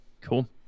Cool